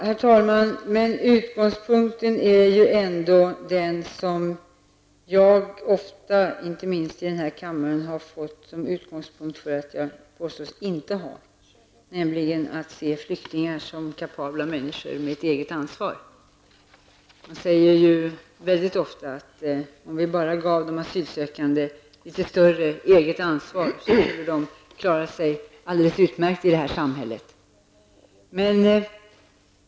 Herr talman! Utgångspunkten för mitt ställnigstagande i det här fallet är den som jag inte minst i den här kammaren fått höra att jag inte har, nämligen att se flyktingar som kapabla människor med ett eget ansvar. Det sägs mycket ofta att om vi bara gav de asylsökande ett litet större eget ansvar, så skulle de klara sig alldeles utmärkt i det här samhället.